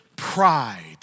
Pride